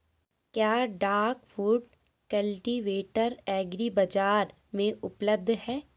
क्या duck foot cultivator agri बाज़ार में उपलब्ध है?